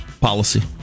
policy